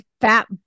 fat